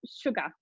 sugar